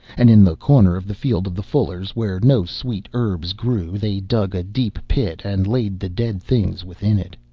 and in the corner of the field of the fullers, where no sweet herbs grew, they dug a deep pit, and laid the dead things within it.